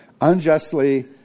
unjustly